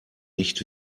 nicht